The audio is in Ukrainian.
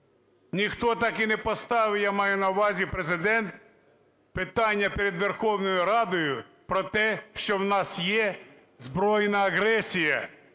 ніхто так і не поставив, я маю на увазі Президент, питання перед Верховною Радою про те, що в нас є збройна агресія,